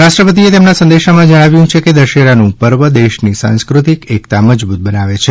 રાષ્ટ્રપતિએ તેમના સંદેશામાં જણાવ્યું છે કે દશેરાનું પર્વ દેશની સાંસ્કૃતિક એકતા મજબૂત બનાવે છે